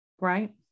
Right